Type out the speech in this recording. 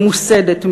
ממוסדת,